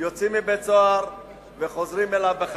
יוצאים מבית-סוהר וחוזרים אליו,